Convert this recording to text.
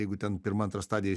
jeigu ten pirma antra stadija